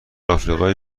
آفریقای